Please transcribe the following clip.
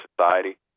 society